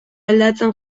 aldatzen